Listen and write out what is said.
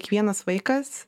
kiekvienas vaikas